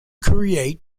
create